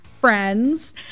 friends